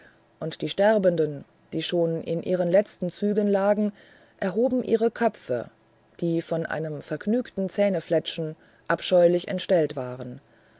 und die sterbenden die schon in ihren letzten zügen lagen erhoben ihre köpfe die von einem vergnügten zähnefletschen abscheulich entstellt waren